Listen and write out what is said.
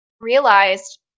realized